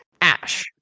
Ash